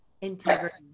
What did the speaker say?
integrity